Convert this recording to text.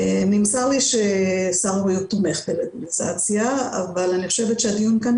נמסר לי ששר הבריאות תומך בלגליזציה אבל לדעתי הדיון כאן